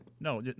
No